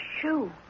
shoe